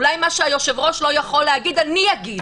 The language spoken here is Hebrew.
אולי מה שהיושב-ראש לא יכול להגיד אני אגיד.